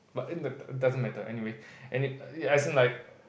but it doesn't matter anyway any~ as in like